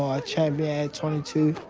a champion at twenty two.